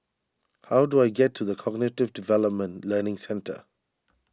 how do I get to the Cognitive Development Learning Centre